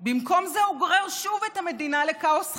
במקום זה הוא גורר שוב את המדינה לכאוס חדש,